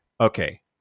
Okay